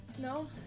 No